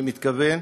אני מתכוון,